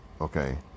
Okay